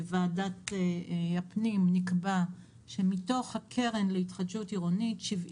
שבוועדת הפנים נקבע שמתוך הקרן להתחדשות עירונית 70